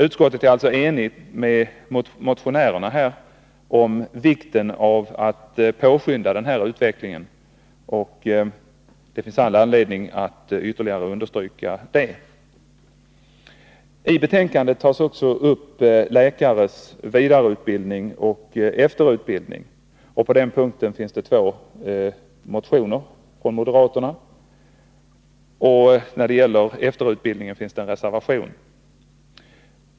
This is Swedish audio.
Utskottet är alltså ense med motionärerna om vikten av att påskynda den här utvecklingen. Det finns all anledning att ytterligare understryka det. I betänkandet tas också upp läkares vidareutbildning och efterutbildning. På den punkten finns det två motioner från moderaterna, och när det gäller efterutbildningen finns det en reservation.